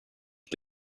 ich